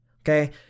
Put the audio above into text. Okay